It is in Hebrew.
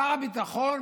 שר הביטחון,